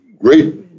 great